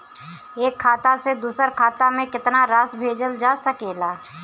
एक खाता से दूसर खाता में केतना राशि भेजल जा सके ला?